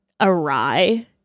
awry